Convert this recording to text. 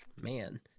man